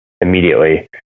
immediately